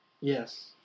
Yes